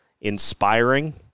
inspiring